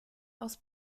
aus